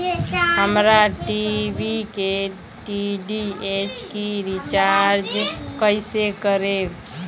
हमार टी.वी के डी.टी.एच के रीचार्ज कईसे करेम?